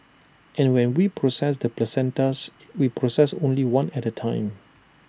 and when we process the placentas we process only one at A time